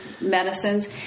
medicines